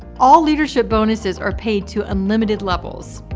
all leadership bonuses are paid to unlimited levels.